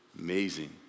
Amazing